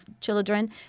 children